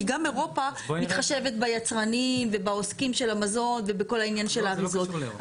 כי גם אירופה מתחשבת ביצרנים ובעוסקים של המזון ובכל העניין של האריזות.